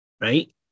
right